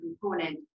component